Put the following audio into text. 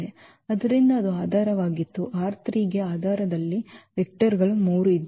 ಆದ್ದರಿಂದ ಅದು ಆಧಾರವಾಗಿತ್ತು ಗೆ ಆಧಾರದಲ್ಲಿ ವೆಕ್ಟರ್ ಗಳು 3 ಇದ್ದವು